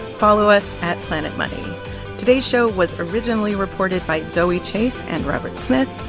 follow us at planetmoney. today's show was originally reported by zoe chace and robert smith.